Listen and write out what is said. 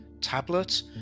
tablet